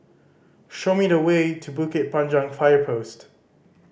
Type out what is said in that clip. show me the way to Bukit Panjang Fire Post